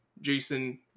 Jason